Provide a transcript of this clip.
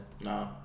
No